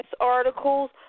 articles